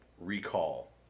recall